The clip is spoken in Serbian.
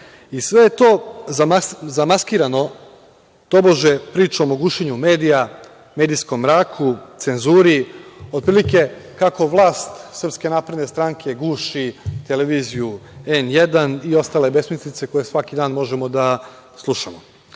i sve to zamaskirano, tobože pričom o gušenju medija, medijskom mraku, cenzuri, otprilike kako vlast SNS guši televiziju „N1“ i ostale besmislice koje svaki dan možemo da slušamo. Onda